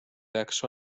peaks